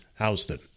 Houston